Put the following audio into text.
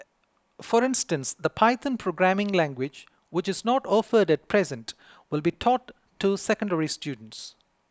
for instance the Python programming language which is not offered at present will be taught to secondary students